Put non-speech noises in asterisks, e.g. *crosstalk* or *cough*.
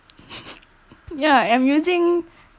*laughs* ya I'm using